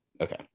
okay